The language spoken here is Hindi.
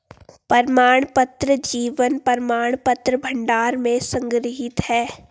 प्रमाणपत्र जीवन प्रमाणपत्र भंडार में संग्रहीत हैं